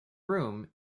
room